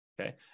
Okay